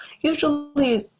usually